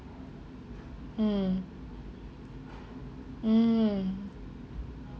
mm mm